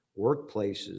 workplaces